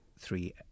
three